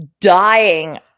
dying